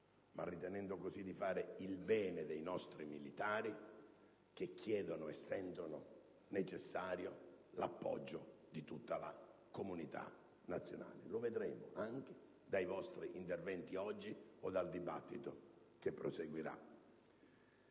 Parlamento, ma di fare il bene dei nostri militari, che chiedono e sentono come necessario l'appoggio di tutta la comunità nazionale. Lo verificheremo anche dai vostri interventi oggi o dal dibattito che proseguirà.